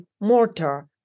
mortar